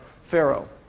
Pharaoh